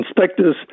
inspectors